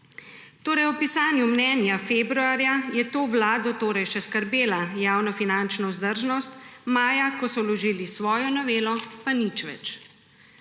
V pisanju mnenja februarja je to vlado torej še skrbela javnofinančna vzdržnost; maja, ko so vložili svojo novelo, pa nič več.